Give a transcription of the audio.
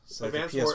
Advanced